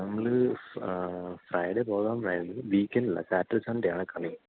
നമ്മള് ഫ്രൈഡേ പോകാമെന്നായിരുന്നു വീക്കെൻ്റില് സാറ്റർഡേ സൺഡേ ആണ് കളി